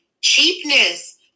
Cheapness